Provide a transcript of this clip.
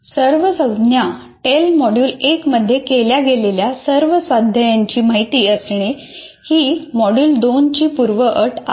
सर्व संज्ञा टेल मॉड्यूल 1 मध्ये केल्या गेलेल्या सर्व स्वाध्यायाची माहिती असणे ही मॉड्यूल २ ची पूर्व अट आहे